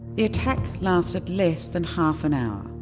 the attack lasted less than half an hour.